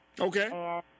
Okay